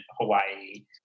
Hawaii